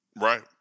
Right